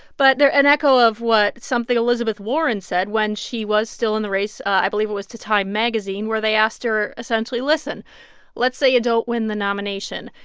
but an echo of what something elizabeth warren said when she was still in the race i believe it was to time magazine where they asked her essentially, listen let's say you don't win the nomination.